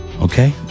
okay